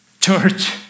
church